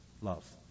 Love